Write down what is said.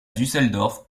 düsseldorf